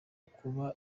kuba